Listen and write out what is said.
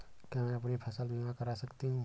क्या मैं अपनी फसल बीमा करा सकती हूँ?